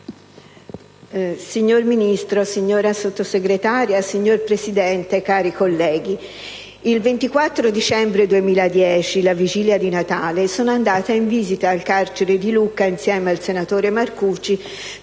signor Ministro, signora Sottosegretario, cari colleghi, il 24 dicembre 2010, la vigilia di Natale, sono andata in visita al carcere di Lucca insieme al senatore Marcucci